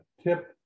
tip